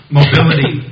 mobility